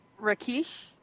Rakesh